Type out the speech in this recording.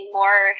more